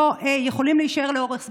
לא יכולים להישאר לאורך זמן,